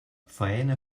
faena